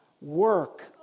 work